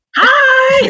hi